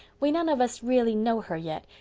we none of us really know her yet,